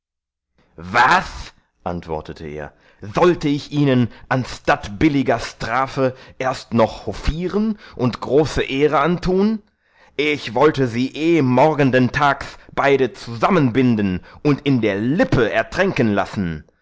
was antwortete er sollte ich ihnen anstatt billiger strafe erst noch hofieren und große ehre antun ich wollte sie eh morgenden tags beide zusammenbinden und in der lippe ertränken lassen